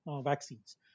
vaccines